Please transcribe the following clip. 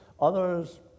Others